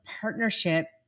partnership